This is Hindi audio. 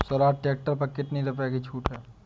स्वराज ट्रैक्टर पर कितनी रुपये की छूट है?